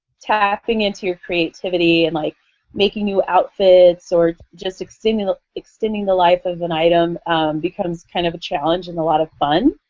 tapping into your creativity and like making new outfits or just extending ah extending the life of an item becomes kind of a challenge and a lot of fun.